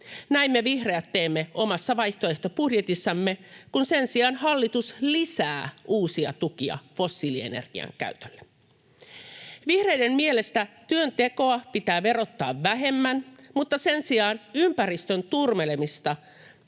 Näin me vihreät teemme omassa vaihtoehtobudjetissamme, kun sen sijaan hallitus lisää uusia tukia fossiilienergian käytölle. Vihreiden mielestä työntekoa pitää verottaa vähemmän, mutta sen sijaan ympäristön turmelemista